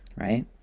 right